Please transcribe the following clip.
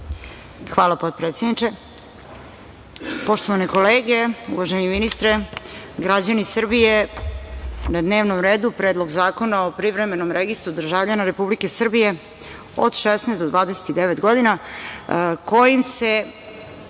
Hvala, potpredsedniče. Poštovane kolege, uvaženi ministre, građani Srbije, na dnevnom redu je Predlog zakona o privremenom registru državljana Republike Srbije od 16 do 29 godina, kojim se